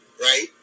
Right